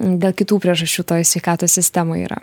dėl kitų priežasčių toje sveikatos sistemoj yra